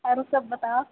आओरोसभ बता